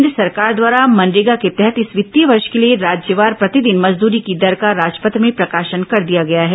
केन्द्र सरकार द्वारा मनरेगा के तहत इस वित्तीय वर्ष के लिए राज्यवार प्रतिदिन मजदूरी की दर का राजपत्र में प्रकाशन कर दिया गया है